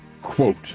Quote